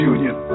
Union